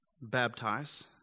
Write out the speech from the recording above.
baptize